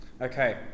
Okay